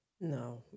No